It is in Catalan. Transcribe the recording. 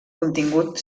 contingut